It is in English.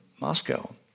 Moscow